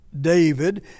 David